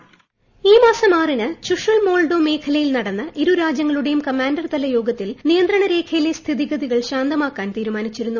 voice ഈ മാസം ആറിന് തുഷുൾ മോൾഡൊ മേഖലയിൽ നടന്ന ഇരു രാജ്യങ്ങളുടെയും കമാൻഡർ തല യോഗത്തിൽ നിയന്ത്രണരേഖയിലെ സ്ഥിതിഗതികൾ ശാന്താമാക്കാൻ തീരുമാനിച്ചിരുന്നു